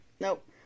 nope